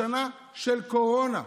בשנה של קורונה,